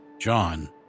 John